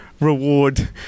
reward